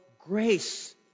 grace